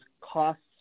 costs